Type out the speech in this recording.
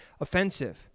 offensive